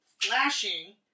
flashing